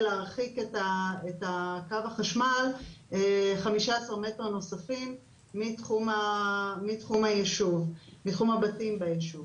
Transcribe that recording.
להרחיק את קו החשמל 15 מטרים נוספים מתחום הבתים בישוב.